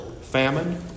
famine